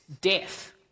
death